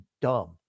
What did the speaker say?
dumb